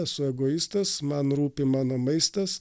esu egoistas man rūpi mano maistas